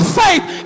faith